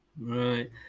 Right